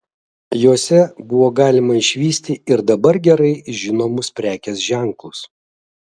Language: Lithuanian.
jose buvo galima išvysti ir dabar gerai žinomus prekės ženklus